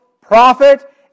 prophet